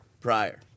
prior